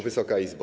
Wysoka Izbo!